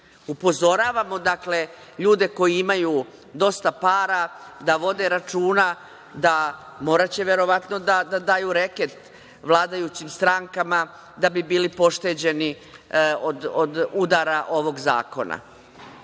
miš. Upozoravamo ljude koji imaju dosta para da vode računa, moraće verovatno da daju reket vladajućim strankama da bi bili pošteđeni od udara ovog zakona.